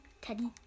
Teddy